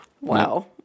Wow